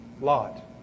lot